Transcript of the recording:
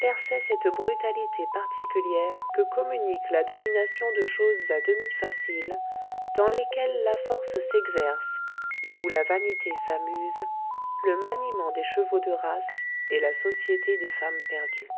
perçait cette brutalité particulière que communique la domination de choses à demi faciles dans lesquelles la force s'exerce et où la vanité s'amuse le maniement des chevaux de race et la société des femmes perdues